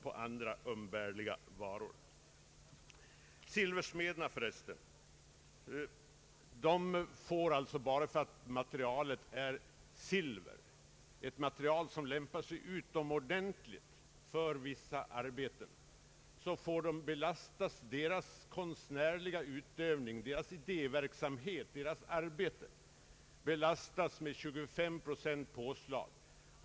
Bara för att silversmederna använder silver — ett material som lämpar sig utomordentligt för vissa konstnärliga arbeten — belastas deras konstnärliga utövning, deras idéverksamhet och deras arbete med 25 procents påslag.